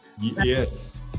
Yes